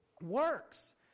works